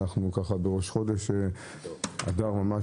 אנחנו בראש חודש אדר.